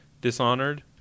Dishonored